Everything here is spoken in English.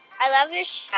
i love your show